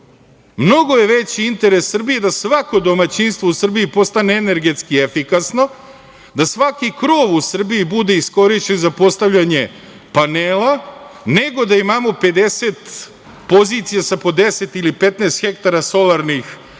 Mnogo je veći interes Srbije da svako domaćinstvo u Srbiji postane energetski efikasno, da svaki krov u Srbiji bude iskorišćen za postavljanje panela, nego da imamo 50 pozicija sa po 10 ili 15 hektara solarnih elektrana